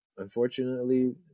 Unfortunately